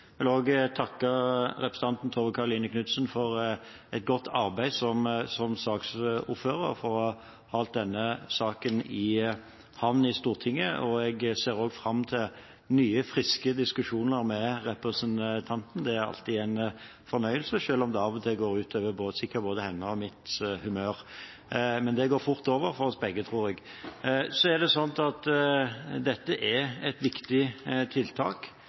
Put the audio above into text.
vil også takke representanten Tove Karoline Knutsen for et godt arbeid som saksordfører og for å ha halt denne saken i havn i Stortinget. Jeg ser også fram til nye, friske diskusjoner med representanten, det er alltid en fornøyelse, selv om det av og til går ut over sikkert både hennes og mitt humør, men det går fort over for oss begge, tror jeg. Så er det sånn at dette er et viktig tiltak.